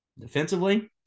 defensively